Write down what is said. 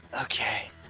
Okay